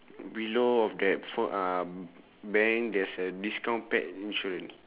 below of that ph~ uh bank there is a discount pack insurance